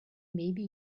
maybe